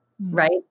Right